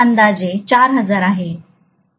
हे अंदाजे ४००० आहे